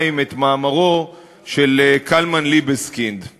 את מאמרו של קלמן ליבסקינד מלפני יום או יומיים.